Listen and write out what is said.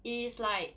is like